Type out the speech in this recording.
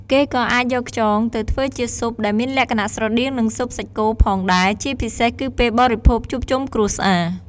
គេក៏អាចយកខ្យងទៅធ្វើជាស៊ុបដែលមានលក្ខណៈស្រដៀងនឹងស៊ុបសាច់គោផងដែរ ជាពិសេសគឺពេលបរិភោគជួបជុំគ្រួសារ។